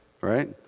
right